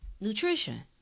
nutrition